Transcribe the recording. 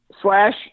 slash